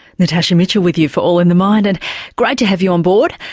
natasha mitchell with you for all in the mind, and great to have you on board.